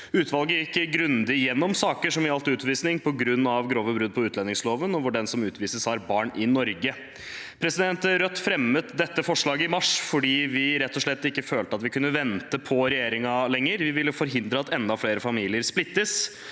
Utvalget gikk grundig gjennom saker som gjaldt utvisning på grunn av grove brudd på utlendingsloven, og hvor den som utvises, har barn i Norge. Rødt fremmet dette forslaget i mars fordi vi rett og slett ikke følte vi kunne vente på regjeringen lenger. Vi ville forhindre at enda flere familier splittes.